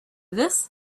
this